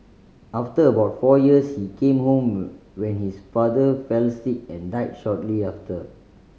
after about four years he came home when his father fell sick and died shortly after